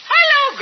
Hello